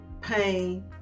pain